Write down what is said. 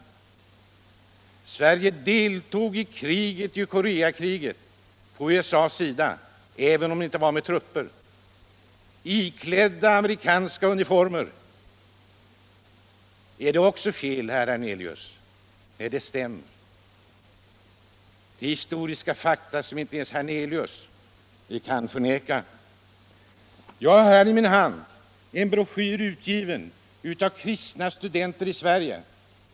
Påståendet att svenskarna deltog i Koreakriget på USA:s sida — även om det inte var med trupper - iklädda amerikanska uniformer: är det också fel, herr Hernelius? Nej, det stämmer. Det är historiska fakta som inte ens herr Hernelius kan förneka. Jag har i min hand en broschyr, utgiven av Kristna studenter i Sverige.